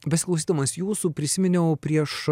besiklausydamas jūsų prisiminiau prieš